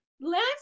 Last